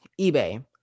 eBay